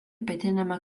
pietiniame